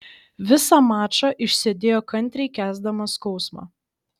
visą mačą išsėdėjo kantriai kęsdamas skausmą